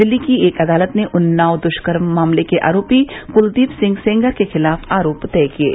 दिल्ली की एक अदालत ने उन्नाव दुष्कर्म मामले के आरोपी कुलदीप सिंह सेंगर के खिलाफ आरोप तय किये